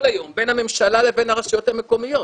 היום בין הממשלה לבין הרשויות המקומיות.